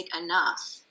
enough